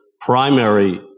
primary